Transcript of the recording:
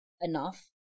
enough